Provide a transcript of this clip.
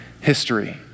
history